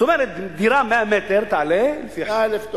זאת אומרת, דירה של 100 מטר תעלה, 100,000 דולר.